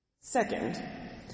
Second